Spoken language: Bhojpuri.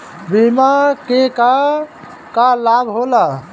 बिमा के का का लाभ होला?